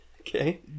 Okay